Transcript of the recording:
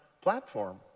platform